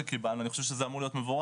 שקיבלנו - אני חושב שזה אמור להיות מבורך.